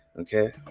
Okay